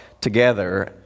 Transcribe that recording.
together